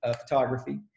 photography